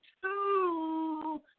two